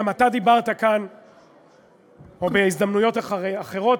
גם אתה דיברת כאן בהזדמנויות אחרות,